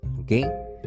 Okay